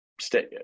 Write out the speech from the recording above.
stay